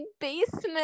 basement